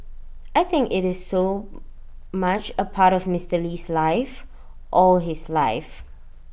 I think IT is so much A part of Mister Lee's life all his life